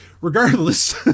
regardless